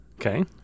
Okay